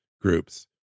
groups